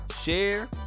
share